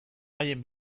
haien